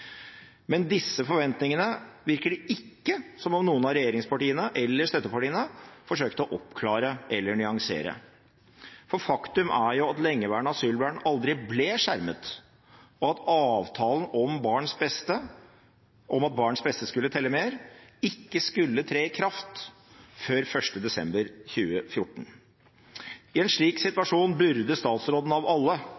Disse forventningene virker det ikke som om noen av regjeringspartiene eller støttepartiene forsøkte å oppklare eller nyansere, for faktum er jo at lengeværende asylbarn aldri ble skjermet, og at avtalen om at barns beste skulle telle mer, ikke skulle tre i kraft før 1. desember 2014. I en slik situasjon burde statsråden, av alle,